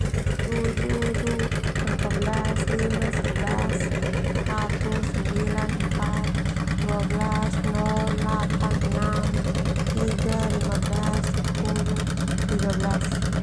Tujuh, dua, empat belas, lima, sebelas, satu, sembilan empat, dua belas. nol, delapan, enam, tiga, lima belas, sepuluh, tiga belas.